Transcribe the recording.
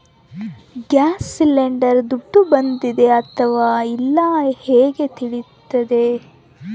Gas cylinder ದುಡ್ಡು ಬಂದಿದೆ ಅಥವಾ ಇಲ್ಲ ಹೇಗೆ ತಿಳಿಯುತ್ತದೆ?